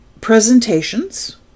presentations